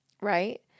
right